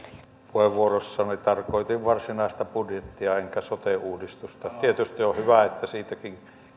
puheenvuorossani tarkoitin varsinaista budjettia enkä sote uudistusta tietysti on hyvä että siitäkin